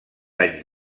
anys